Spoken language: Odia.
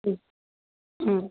ହୁଁ ହୁଁ